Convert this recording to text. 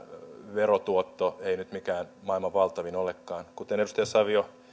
verotuotto ei nyt mikään maailman valtavin olekaan kuten edustaja savio